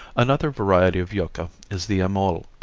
another variety of yucca is the amole,